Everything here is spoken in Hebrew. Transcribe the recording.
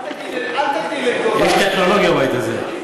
עזוב, אל, יש טכנולוגיה בבית הזה.